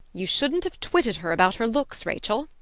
you shouldn't have twitted her about her looks, rachel.